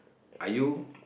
are you